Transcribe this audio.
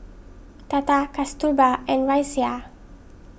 Tata Kasturba and Razia